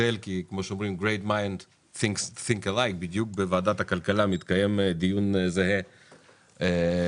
התבטל כי בדיוק בוועדת הכלכלה מתקיים דיון זהה בעקבות